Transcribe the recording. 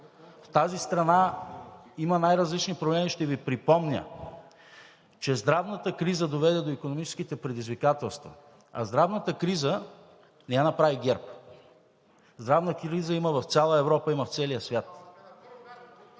В тази страна има най-различни проблеми и ще Ви припомня, че здравната криза доведе до икономическите предизвикателства, а здравната криза не я направи ГЕРБ – здравна криза има в цяла Европа, има в целия свят.